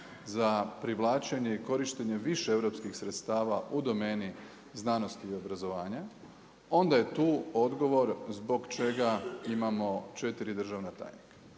za privlačenje i korištenje više europskih sredstava u domeni znanosti i obrazovanja, onda je tu odgovor zbog čega imamo 4 državna tajnika.